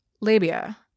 labia